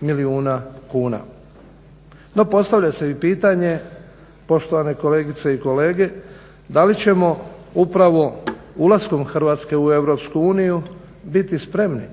milijuna kuna. No, postavlja se i pitanje poštovane kolegice i kolege da li ćemo upravo ulaskom Hrvatske u EU biti spremni